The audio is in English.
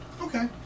Okay